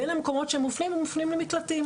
בין המקומות שהם מופנים הם מופנים למקלטים.